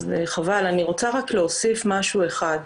אני רוצה רק להוסיף משהו אחד.